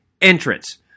entrance